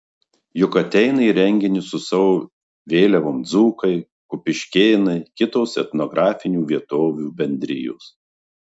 juk ateina į renginius su savo vėliavom dzūkai kupiškėnai kitos etnografinių vietovių bendrijos